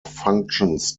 functions